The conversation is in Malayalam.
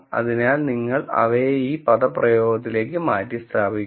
അതിനാൽ നിങ്ങൾ അവയെ ഈ പദപ്രയോഗത്തിലേക്ക് മാറ്റിസ്ഥാപിക്കുക